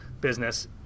business